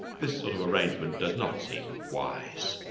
this sort of arrangement does not seem wise.